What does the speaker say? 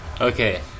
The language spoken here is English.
Okay